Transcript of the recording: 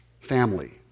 family